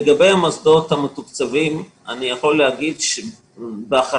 לגבי המוסדות המתוקצבים אני יכול להגיד באחריות